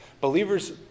Believer's